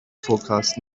forecast